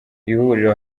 ihuriro